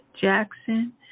Jackson